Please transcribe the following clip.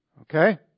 Okay